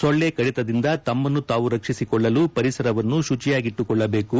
ಸೊಳ್ಳೆ ಕಡಿತದಿಂದ ತಮ್ನನ್ನು ತಾವು ರಕ್ಷಿಸಿಕೊಳ್ಳಲು ಪರಿಸರವನ್ನು ಶುಚಿಯಾಗಿಟ್ಟುಕೊಳ್ಳಬೇಕು